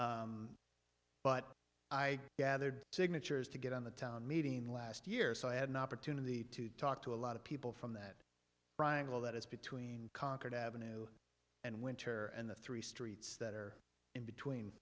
but i gathered signatures to get on the town meeting last year so i had an opportunity to talk to a lot of people from that wrangle that is between concord avenue and winter and the three streets that are in between